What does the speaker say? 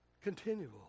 continual